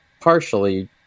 partially